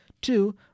Two